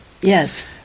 Yes